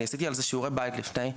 אני עשיתי על זה שיעורי בית לפני.